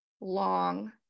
long